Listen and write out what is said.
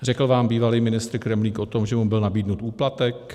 Řekl vám bývalý ministr Kremlík o tom, že mu byl nabídnut úplatek?